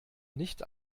nicht